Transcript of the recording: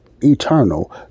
eternal